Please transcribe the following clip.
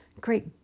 Great